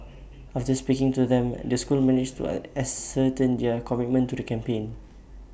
after speaking to them the school managed to A ascertain their commitment to the campaign